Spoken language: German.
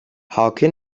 hauke